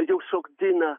jau šokdina